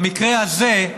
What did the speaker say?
במקרה הזה,